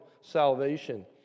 salvation